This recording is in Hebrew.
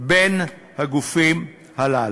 בין הגופים הללו.